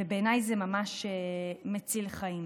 ובעיניי זה ממש מציל חיים.